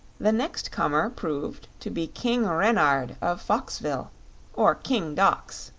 the next comer proved to be king renard of foxville or king dox,